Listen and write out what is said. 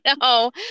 no